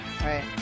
Right